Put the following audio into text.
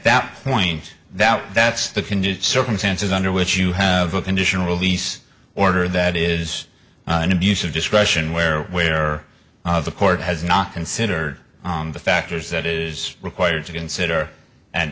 that point now that's the condition circumstances under which you have a conditional release order that is an abuse of discretion where where the court has not considered the factors that is required to consider and